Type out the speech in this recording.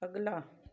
ਅਗਲਾ